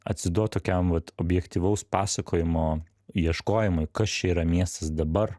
atsiduot tokiam vat objektyvaus pasakojimo ieškojimui kas čia yra miestas dabar